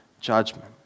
judgment